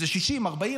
איזה 40,